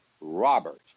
Robert